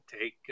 take